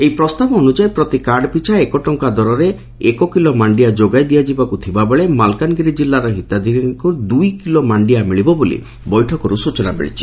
ଏହି ପ୍ରସ୍ତାବ ଅନୁଯାୟୀ ପ୍ରତି କାର୍ଡ଼୍ ପିଛା ଏକ ଟଙ୍ଙା ଦରରେ ଏକ କିଲୋ ମାଣ୍ଡିଆ ଯୋଗାଇ ଦିଆଯିବାକୁ ଥିବା ବେଳେ ମାଲକାନଗିରି କିଲ୍ଲାର ହିତାଧିକାରୀଙ୍କୁ ଦୁଇ କିଲୋ ମାଣ୍ଡିଆ ମିଳିବ ବୋଲି ବୈଠକରୁ ସୂଚନା ମିଳିଛି